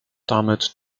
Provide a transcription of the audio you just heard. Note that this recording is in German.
damit